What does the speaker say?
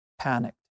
panicked